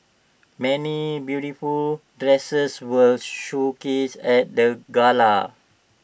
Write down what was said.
many beautiful dresses were showcased at the gala